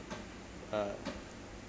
uh